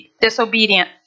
disobedient